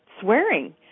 swearing